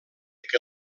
que